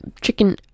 chicken